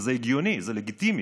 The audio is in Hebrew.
וזה הגיוני ולגיטימי,